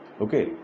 Okay